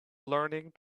learning